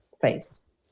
face